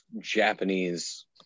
Japanese